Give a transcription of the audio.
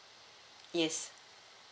yes